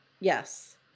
Yes